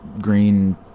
Green